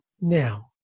Now